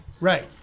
Right